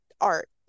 art